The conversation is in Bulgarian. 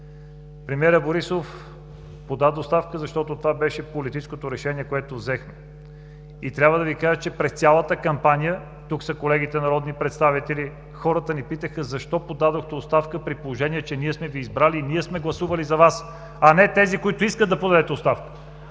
Премиерът Борисов подаде оставка, защото това беше политическото решение, което взехме. Трябва да Ви кажа, че през цялата кампания, тук са колегите народни представители, хората ни питаха: „Защо подадохте оставка, при положение че ние сме Ви избрали и ние сме гласували за Вас, а не тези, които искат да подадете оставката?“